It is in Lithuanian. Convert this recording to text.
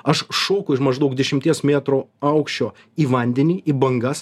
aš šoku iš maždaug dešimties metrų aukščio į vandenį į bangas